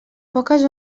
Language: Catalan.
poques